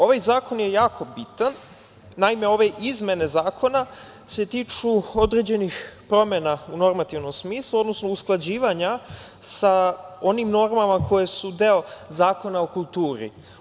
Ovaj Zakon je jako bitno, naime ove izmene Zakona se tiču određenih promena u normativnom smislu, odnosno usklađivanja sa onim normama koje su deo Zakona o kulturi.